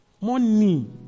Money